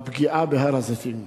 הפגיעה בהר-הזיתים.